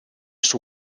suo